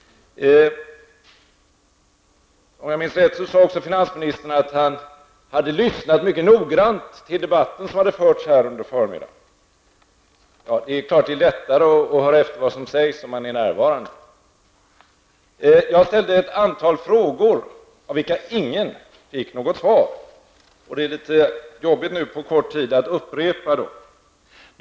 Om jag minns rätt sade också finansministern att han hade lyssnat mycket noggrant på den debatt som förts under förmiddagen. Ja det är klart lättare att höra vad som sägs om man är närvarande. Jag ställde ett antal frågor av vilka ingen fick något svar. Det är jobbigt att kort tid upprepa dem.